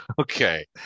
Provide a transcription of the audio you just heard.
Okay